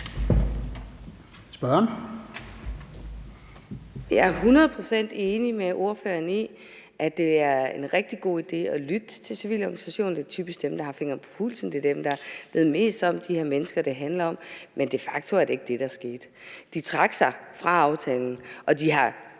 procent enig med ordføreren i, at det er en rigtig god idé at lytte til civile organisationer, det er typisk dem, der har fingeren på pulsen, og det er dem, der ved mest om de her mennesker, det handler om. Men de facto er det ikke det, der skete. De trak sig fra aftalen. Og de har